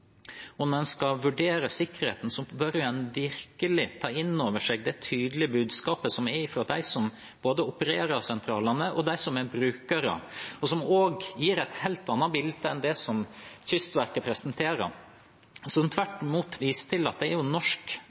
Når en skal vurdere sikkerheten, bør en virkelig ta inn over seg det tydelige budskapet både fra dem som opererer sentralene, og fra dem som er brukere. De gir et helt annet bilde enn det Kystverket presenterer, og viser tvert imot til at det er norsk